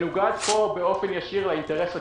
שמנוגד פה ישירות לאינטרס הציבורי.